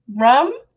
rum